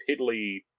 piddly